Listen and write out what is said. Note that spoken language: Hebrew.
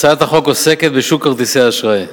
הצעת החוק עוסקת בשוק כרטיסי האשראי,